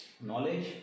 knowledge